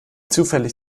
zufällig